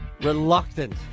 reluctant